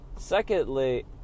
Secondly